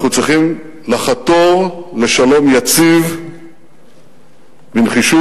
אנחנו צריכים לחתור לשלום יציב בנחישות,